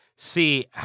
See